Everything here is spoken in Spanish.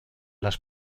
las